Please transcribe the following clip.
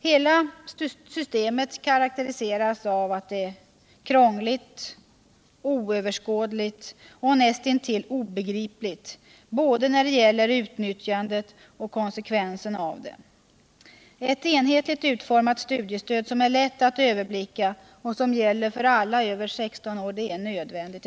Hela systemet karakteriseras av att det är krångligt, oöverskådligt och näst intill obegripligt såväl när det gäller utnyttjandet som beträffande konsekvenserna. Ett enhetligt utformat studiestöd som är lätt att överblicka och som gäller för alla över 16 år är nödvändigt.